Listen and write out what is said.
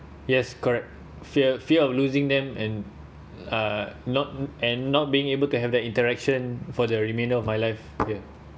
yes correct fear fear of losing them and uh not and not being able to have the interaction for the remainder of my life here